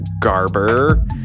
Garber